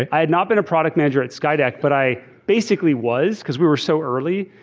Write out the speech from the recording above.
i had not been a product manager at skydeck but i basically was because we were so early.